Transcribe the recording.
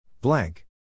Blank